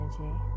energy